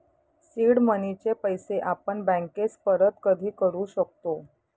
seed मनीचे पैसे आपण बँकेस परत कधी करू शकतो